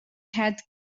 had